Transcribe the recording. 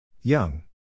Young